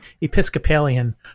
Episcopalian